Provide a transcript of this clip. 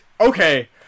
okay